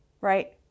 right